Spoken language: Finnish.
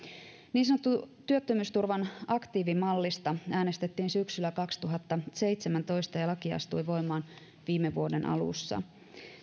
niin sanotusta työttömyysturvan aktiivimallista äänestettiin syksyllä kaksituhattaseitsemäntoista ja laki astui voimaan viime vuoden alussa